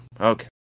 Okay